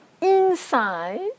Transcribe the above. inside